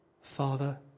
Father